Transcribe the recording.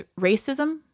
racism